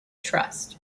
trust